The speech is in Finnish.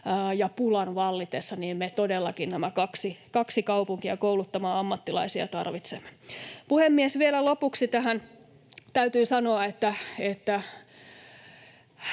ja -pulan vallitessa me todellakin tarvitsemme nämä kaksi kaupunkia kouluttamaan ammattilaisia. Puhemies! Vielä lopuksi täytyy sanoa, että